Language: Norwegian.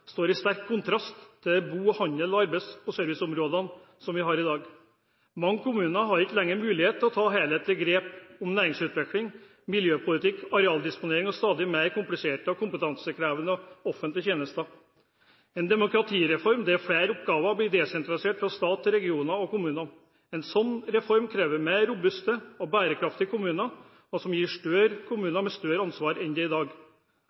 står i sterk kontrast til de bo-, handels-, arbeidsmarkeds- og serviceområdene som vi har i dag. Mange kommuner har ikke lenger mulighet til å ta et helhetlig grep om næringsutvikling, miljøpolitikk, arealdisponering og stadig mer kompliserte og kompetansekrevende offentlige tjenester. En demokratireform, der flere oppgaver blir sentralisert fra stat til regioner og kommuner, krever mer robuste og bærekraftige kommuner, som gir større kommuner med større ansvar enn de har i dag.